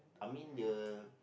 I mean the